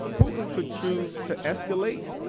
putin could choose to escalate,